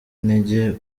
intege